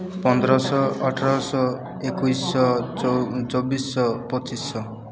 ପନ୍ଦର ଶହ ଅଠର ଶହ ଏକୋଇଶ ଶହ ଚବିଶ ଶହ ପଚିଶ ଶହ